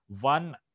One